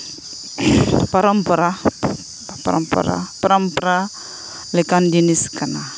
ᱯᱚᱨᱚᱢᱯᱚᱨᱟ ᱯᱚᱨᱚᱢᱯᱚᱨᱟ ᱞᱮᱠᱟᱱ ᱡᱤᱱᱤᱥ ᱠᱟᱱᱟ